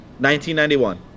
1991